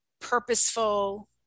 purposeful